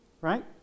Right